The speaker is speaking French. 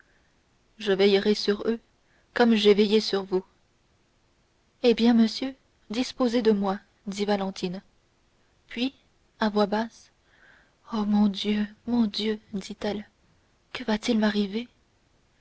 je veillerai sur eux comme j'ai veillé sur vous eh bien monsieur disposez de moi dit valentine puis à voix basse mon dieu mon dieu dit-elle que va-t-il m'arriver